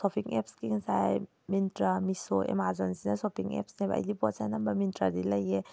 shopping ꯑꯦꯞꯁꯇꯤ ꯉꯁꯥꯏ ꯃꯤꯟꯇ꯭ꯔꯥ ꯃꯤꯁꯣ ꯑꯦꯃꯥꯖꯣꯟꯁꯤꯅ ꯁꯣꯄꯤꯡ ꯑꯦꯞꯁꯅꯦꯕ ꯑꯩꯗꯤ ꯄꯣꯠꯁꯦ ꯑꯅꯝꯕꯅ ꯃꯤꯟꯇ꯭ꯔꯥꯗꯒꯤ ꯂꯩꯌꯦ